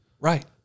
right